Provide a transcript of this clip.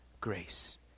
grace